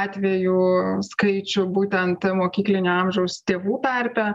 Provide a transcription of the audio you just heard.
atvejų skaičių būtent mokyklinio amžiaus tėvų tarpe